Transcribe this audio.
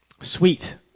Sweet